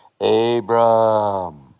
Abram